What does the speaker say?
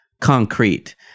concrete